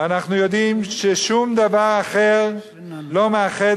אנחנו יודעים ששום דבר אחר לא מאחד